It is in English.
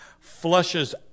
flushes